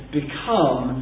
become